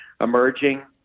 emerging